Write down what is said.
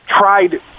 tried